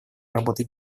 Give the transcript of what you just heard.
работы